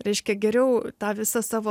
reiškia geriau tą visą savo